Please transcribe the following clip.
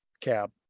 cab